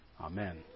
amen